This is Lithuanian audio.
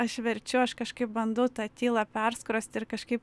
aš verčiu aš kažkaip bandau tą tylą perskrost ir kažkaip